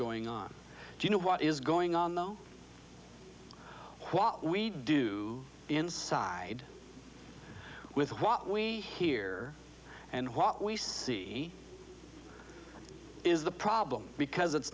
going on do you know what is going on though what we do inside with what we hear and what we see is the problem because it's